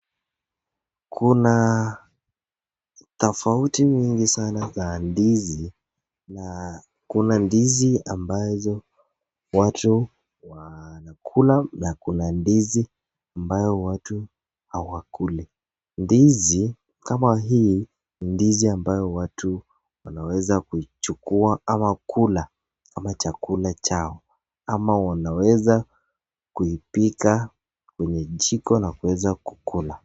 kuna tafauti nyingi sana za ndizi na kuna ndizi ambazo watu wanakula na kuna ndizi ambayo watu hawakuli. Ndizi kama hii ni ndizi ambayo watu wanaweza kuichukua ama kula kama chakula chao ama wanaweza kuipika kwenye jiko na kuweza kuikula.